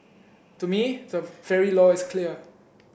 to me the very law is clear